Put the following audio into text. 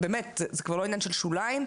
זה כבר לא ענין של שוליים,